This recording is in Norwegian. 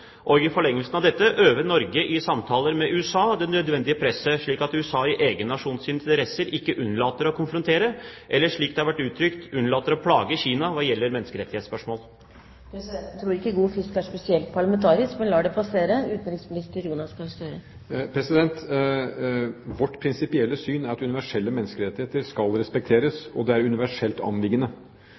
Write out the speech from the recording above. Og i forlengelsen av dette: Øver Norge i samtaler med USA det nødvendige presset slik at USA, i egen nasjons interesse, ikke unnlater å konfrontere, eller, slik det har vært uttrykt, unnlater å plage Kina hva gjelder menneskerettighetsspørsmål? Presidenten tror ikke «god fisk» er spesielt parlamentarisk, men lar det passere. Vårt prinsipielle syn er at universelle menneskerettigheter skal respekteres; det er et universelt anliggende.